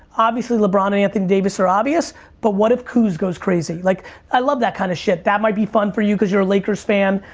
obviously, lebron and anthony davis are obvious but what if kuz goes crazy? like i love that kind of shit. that might be fun for you cause you're a lakers fan.